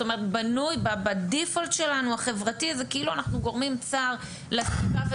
זאת אומרת בנוי בדיפולט שלנו החברתי כאילו אנחנו גורמים צער לסביבה שני,